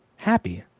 happy.